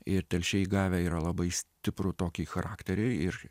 ir telšiai gavę yra labai stiprų tokį charakterį ir